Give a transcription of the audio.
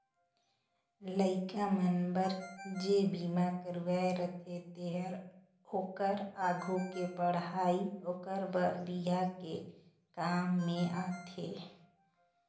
लइका मन बर जे बिमा करवाये रथें तेहर ओखर आघु के पढ़ई ओखर बर बिहा के काम में आथे